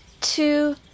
two